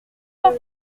pas